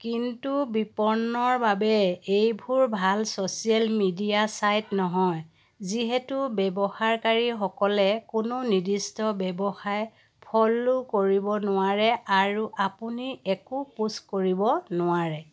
কিন্তু বিপণনৰ বাবে এইবোৰ ভাল ছ'চিয়েল মিডিয়া চাইট নহয় যিহেতু ব্যৱহাৰকাৰীসকলে কোনো নিৰ্দিষ্ট ব্যৱসায় ফ'ল' কৰিব নোৱাৰে আৰু আপুনি একো পোষ্ট কৰিব নোৱাৰে